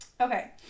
Okay